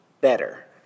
better